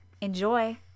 Enjoy